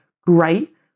Great